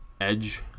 edge